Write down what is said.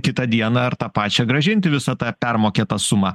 kitą dieną ar tą pačią grąžinti visą tą permokėtą sumą